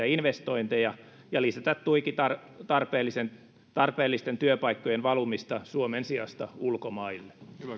investointeja ja lisätä tuiki tarpeellisten tarpeellisten työpaikkojen valumista suomen sijasta ulkomaille